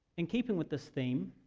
and keeping with this theme,